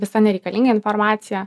visa nereikalinga informacija